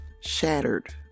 shattered